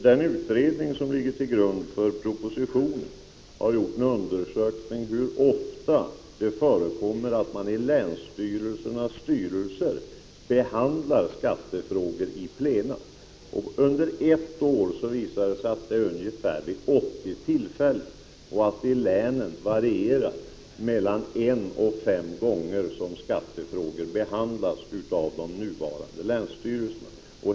Den utredning som ligger till grund för propositionen har undersökt hur ofta det förekommer att man i länsstyrelsernas styrelser behandlar skattefrågor i plenum. Det visade sig vara vid ungefär 80 tillfällen under ett år, medan mani de nuvarande länsstyrelserna behandlade sådana frågor möjligen vid mellan ett och fem tillfällen.